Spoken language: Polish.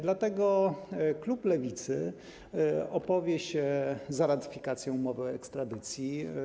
Dlatego klub Lewicy opowie się za ratyfikacją umowy o ekstradycji.